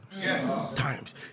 Times